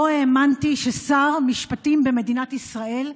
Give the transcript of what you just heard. לא האמנתי ששר משפטים במדינת ישראל,